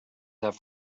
have